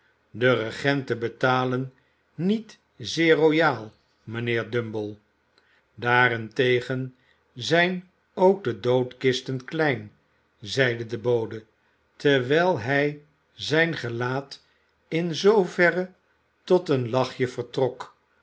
de regenten betalen niet zeer royaal mijnheer bumble daarentegen zijn ook de doodkisten klein zeide de bode terwijl hij zijn gelaat in zooverre tot een lachje vertrok